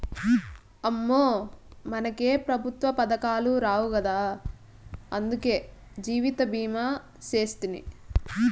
అమ్మో, మనకే పెఋత్వ పదకాలు రావు గదా, అందులకే జీవితభీమా సేస్తిని